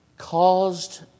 caused